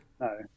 No